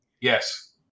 Yes